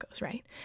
right